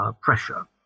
pressure